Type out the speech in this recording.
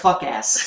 fuck-ass